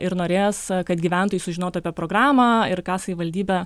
ir norės kad gyventojai sužinotų apie programą ir ką savivaldybė